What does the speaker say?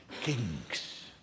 kings